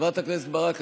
חברת הכנסת ברק,